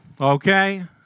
okay